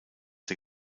der